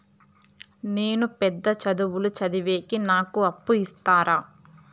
నేను పెద్ద చదువులు చదివేకి నాకు అప్పు ఇస్తారా